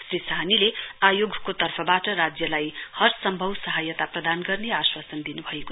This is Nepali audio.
श्री साहनीले आयोगको तर्फबाट राज्यलाई हर सम्भव सहायता प्रदान गर्ने आश्वासन दिनुभयो